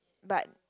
but